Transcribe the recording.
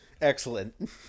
Excellent